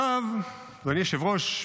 אדוני היושב-ראש,